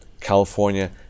California